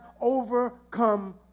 overcome